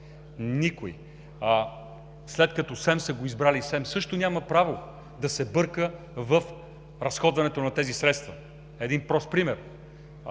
Никой! След като СЕМ са го избрали, СЕМ също няма право да се бърка в разходването на тези средства. Един прост пример,